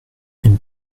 une